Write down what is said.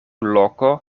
loko